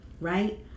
right